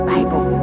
Bible